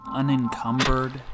unencumbered